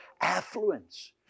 affluence